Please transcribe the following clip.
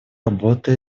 работа